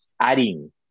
adding